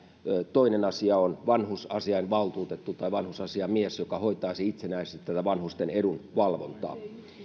toinen asia on vanhusasiainvaltuutettu tai vanhusasiamies joka hoitaisi itsenäisesti tätä vanhusten edunvalvontaa